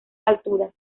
alturas